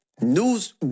news